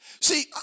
See